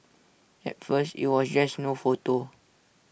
at first IT was just no photos